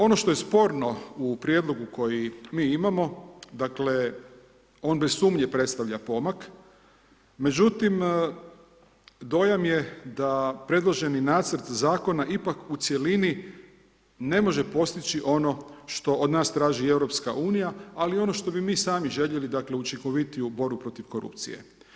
Ono što je sporno u prijedlogu koji mi imamo, dakle on bez sumnje predstavlja pomak, međutim dojam je da predloženi nacrt zakona ipak u cjelini ne može postići ono što od nas traži EU, ali ono što bi mi sami željeli, dakle učinkovitiju borbu protiv korupcije.